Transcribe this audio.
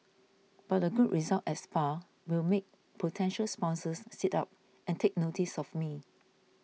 but a good result at Spa will make potential sponsors sit up and take notice of me